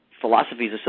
philosophies